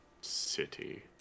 city